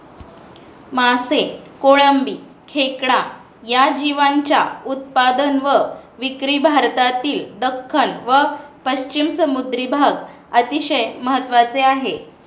मासे, कोळंबी, खेकडा या जीवांच्या उत्पादन व विक्री भारतातील दख्खन व पश्चिम समुद्री भाग अतिशय महत्त्वाचे आहे